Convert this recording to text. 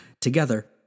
Together